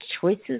choices